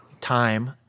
time